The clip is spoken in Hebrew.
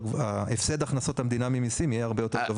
הפסד הכנסות המדינה ממסים יהיה הרבה יותר גבוה